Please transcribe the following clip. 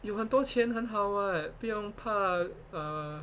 有很多钱很好 [what] 不用怕 uh